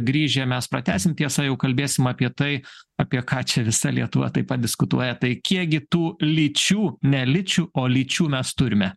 grįžę mes pratęsim tiesa jau kalbėsim apie tai apie ką čia visa lietuva taip va diskutuoja tai kiek gi tų lyčių ne ličių o lyčių mes turime